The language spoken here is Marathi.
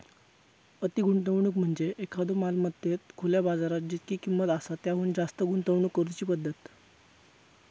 अति गुंतवणूक म्हणजे एखाद्यो मालमत्तेत खुल्यो बाजारात जितकी किंमत आसा त्याहुन जास्त गुंतवणूक करुची पद्धत